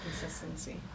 Consistency